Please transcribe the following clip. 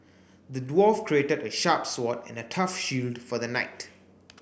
the dwarf crafted a sharp sword and a tough shield for the knight